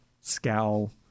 Scowl